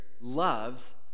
loves